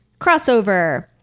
crossover